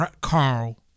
Carl